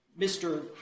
Mr